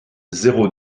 zéro